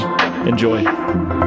Enjoy